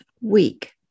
week